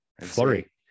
Flurry